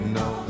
no